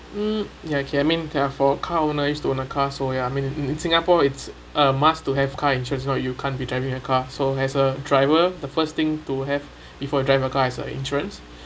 mm ya okay I mean they are for car I used to in a car so ya I mean in in in singapore it's a must to have car insurance you know you can't be driving a car so as a driver the first thing to have before driver a car is your insurance